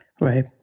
Right